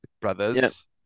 Brothers